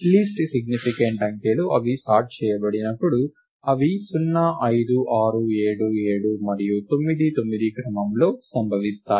least significant అంకెలు అవి sort చేయబడినప్పుడు అవి 0 5 6 7 7 మరియు 9 9 క్రమంలో సంభవిస్తాయి